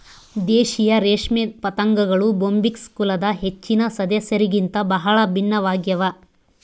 ದೇಶೀಯ ರೇಷ್ಮೆ ಪತಂಗಗಳು ಬೊಂಬಿಕ್ಸ್ ಕುಲದ ಹೆಚ್ಚಿನ ಸದಸ್ಯರಿಗಿಂತ ಬಹಳ ಭಿನ್ನವಾಗ್ಯವ